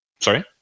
Sorry